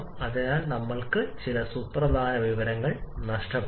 അപ്പോൾ നമ്മൾക്ക് കാര്യക്ഷമത കുറയുന്നു